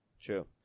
true